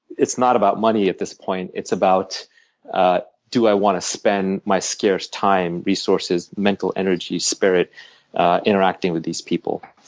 it's not about money at this point it's about do i want to spend my scarce time, resources, mental energy, spirit interacting with these people.